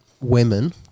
women